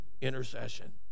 intercession